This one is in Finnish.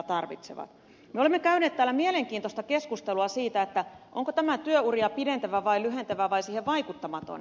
me olemme käyneet täällä mielenkiintoista keskustelua siitä onko tämä työuria pidentävä vai lyhentävä vai siihen vaikuttamaton